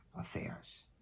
affairs